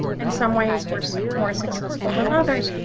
and some ways were more successful than others.